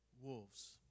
wolves